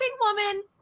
woman